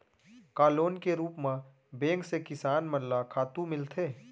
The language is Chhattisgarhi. का लोन के रूप मा बैंक से किसान मन ला खातू मिलथे?